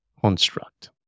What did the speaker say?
construct